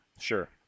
Sure